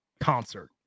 concert